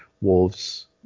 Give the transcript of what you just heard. Wolves